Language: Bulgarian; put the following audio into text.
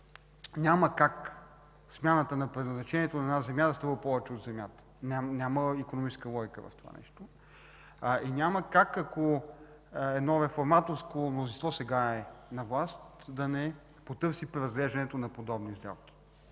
няма как смяната на предназначението на една земя да струва повече от земята. Няма икономическа логика в това нещо! Няма как, ако едно реформаторско мнозинство сега е на власт, да не потърси преразглеждането на подобни сделки.